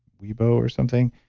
weibo or something,